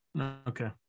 Okay